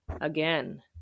again